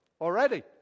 already